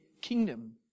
kingdom